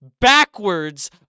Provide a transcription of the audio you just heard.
backwards